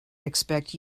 expect